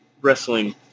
Wrestling